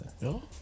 No